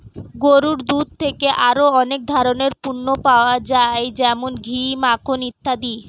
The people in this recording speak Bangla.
গরুর দুধ থেকে আরো অনেক ধরনের পণ্য পাওয়া যায় যেমন ঘি, মাখন ইত্যাদি